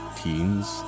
teens